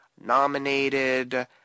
nominated